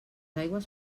aigües